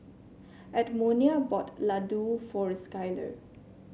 Edmonia bought Ladoo for Skyler